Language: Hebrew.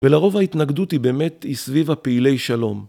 ולרוב ההתנגדות היא באמת, היא סביב הפעילי שלום.